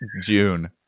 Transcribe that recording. June